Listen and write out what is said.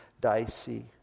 dicey